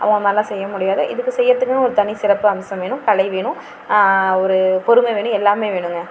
அவங்க மாதிரில்லாம் செய்ய முடியாது இதுக்கு செய்கிறதுக்குன்னு ஒரு தனிச்சிறப்பு அம்சம் வேணும் கலை வேணும் ஒரு பொறுமை வேணும் எல்லாமே வேணுங்க